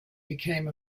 became